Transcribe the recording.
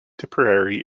tipperary